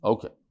Okay